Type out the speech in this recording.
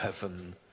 heaven